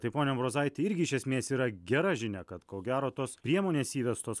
tai pone ambrozaiti irgi iš esmės yra gera žinia kad ko gero tos priemonės įvestos